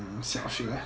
mm 小学